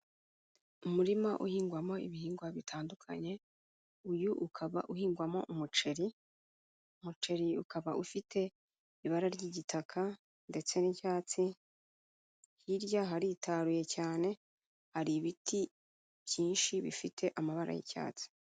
Umurima uhingwamo ibihingwa bitandukanye, uyu ukaba uhingwamo umuceri, umuceri ukaba ufite ibara ry'igitaka ndetse n'icyatsi, hirya haritaruye cyane, hari ibiti byinshi bifite amabara y'icyatsi.